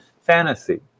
fantasy